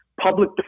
Public